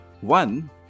one